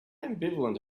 ambivalent